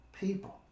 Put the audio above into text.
people